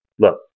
Look